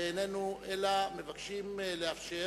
ואיננו אלא מבקשים לאפשר